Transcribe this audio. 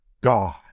God